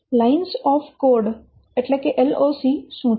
lines of code શું છે